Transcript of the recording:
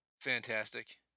fantastic